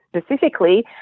specifically